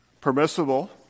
permissible